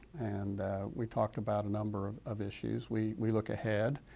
and we talked about a number of of issues. we we look ahead,